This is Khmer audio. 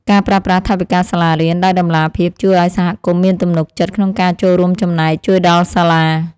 ការប្រើប្រាស់ថវិកាសាលារៀនដោយតម្លាភាពជួយឱ្យសហគមន៍មានទំនុកចិត្តក្នុងការចូលរួមចំណែកជួយដល់សាលា។